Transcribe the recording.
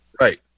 Right